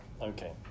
okay